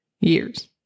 years